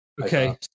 Okay